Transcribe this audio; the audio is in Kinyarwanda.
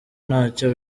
ntacyo